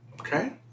Okay